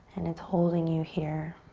and it's holding you here